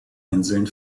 inseln